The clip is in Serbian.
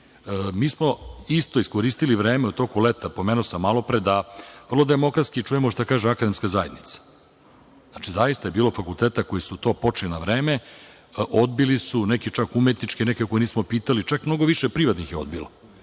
smo isto iskoristili vreme u toku leta, pomenuo sam malopre, da vrlo demokratski čujemo šta kaže akademska zajednica. Zaista je bilo fakulteta koji su to počeli na vreme. Odbili su, neki čak umetnički, neki koje nismo pitali, čak mnogo više privatnih je odbilo. Mi